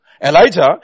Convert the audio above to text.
Elijah